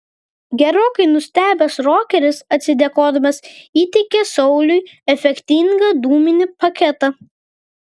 gerokai nustebęs rokeris atsidėkodamas įteikė sauliui efektingą dūminį paketą